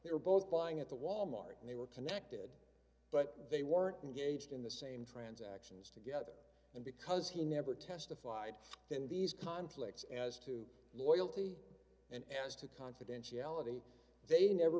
they were both buying at the wal mart and they were connected but they weren't engaged in the same transactions together and because he never testified in these conflicts as to loyalty and as to confidentiality they never